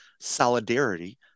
solidarity